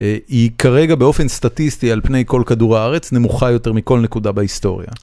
היא כרגע באופן סטטיסטי על פני כל כדור הארץ נמוכה יותר מכל נקודה בהיסטוריה.